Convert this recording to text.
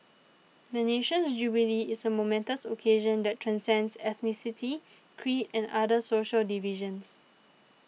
the nation's jubilee is a momentous occasion that transcends ethnicity creed and other social divisions